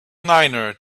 niner